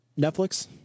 netflix